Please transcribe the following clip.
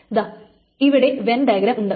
ദാ ഇവിടെ Venn diagram ഉണ്ട്